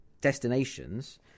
destinations